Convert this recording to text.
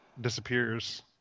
disappears